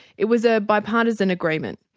it was a bipartisan agreement.